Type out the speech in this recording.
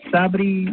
Sabri